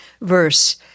verse